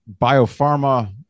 biopharma